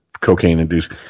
cocaine-induced